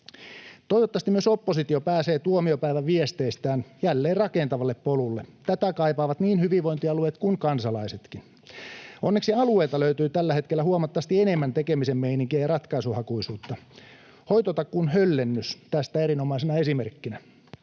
Toivottavasti myös oppositio pääsee tuomiopäivän viesteistään jälleen rakentavalle polulle. Tätä kaipaavat niin hyvinvointialueet kuin kansalaisetkin. Onneksi alueilta löytyy tällä hetkellä huomattavasti enemmän tekemisen meininkiä ja ratkaisuhakuisuutta. Hoitotakuun höllennys tästä erinomaisena esimerkkinä: